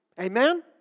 Amen